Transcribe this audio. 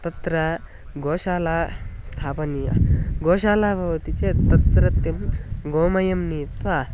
तत्र गोशाला स्थापनीया गोशाला भवति चेत् तत्रत्यं गोमयं नीत्वा